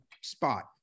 spot